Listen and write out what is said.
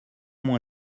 moins